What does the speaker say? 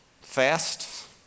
fast